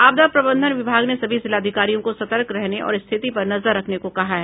आपदा प्रबंधन विभाग ने सभी जिलाधिकारियों को सतर्क रहने और स्थिति पर नजर रखने को कहा है